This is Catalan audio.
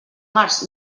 març